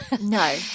No